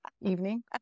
evening